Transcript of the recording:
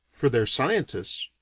for their scientists.